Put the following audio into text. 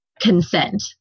consent